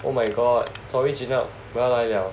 oh my god sorry Jun Hup 我要来了